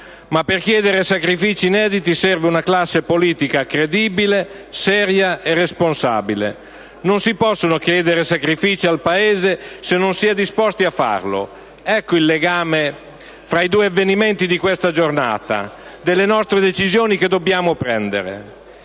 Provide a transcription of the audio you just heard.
Ma per chiedere sacrifici inediti, serve una classe politica credibile, seria e responsabile. Non si possono chiedere sacrifici al Paese se non si è disposti a farli. Ecco il legame fra i due avvenimenti di questa giornata, fra le decisioni che dobbiamo prendere.